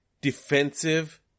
defensive